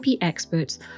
experts